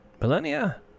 millennia